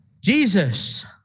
Jesus